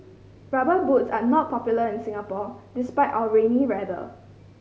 Rubber Boots are not popular in Singapore despite our rainy weather